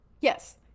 Yes